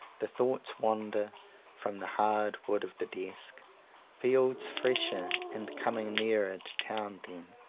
the thoughts wander from the hard wood of the desk fields fresher, and coming nearer to town then,